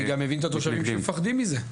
אני גם מבין את התושבים שמפחדים מזה.